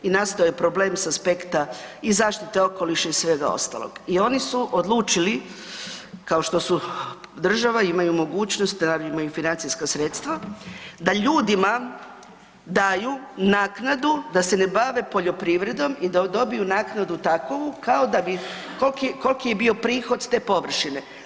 I nastao je problem s aspekta i zaštite okoliša i svega ostaloga i oni su odlučili, kao što su država, imaju mogućnost, imaju i financijska sredstva, da ljudima daju naknadu da se ne bave poljoprivredom i da dobiju naknadu takovu kao da bi, koliki je bio prihod te površine.